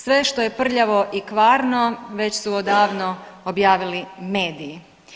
Sve što je prljavo i kvarno već su odavno objavili mediji.